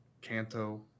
Kanto